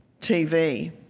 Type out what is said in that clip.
TV